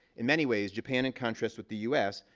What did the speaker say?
in many ways, japan, in contrast with the us,